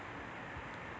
S>